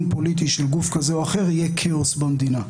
פוליטי של גוף כזה או אחר יהיה כאוס במדינה,